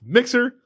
Mixer